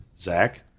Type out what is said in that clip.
Zach